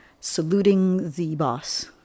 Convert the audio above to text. saluting-the-boss